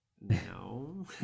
No